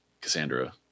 cassandra